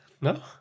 No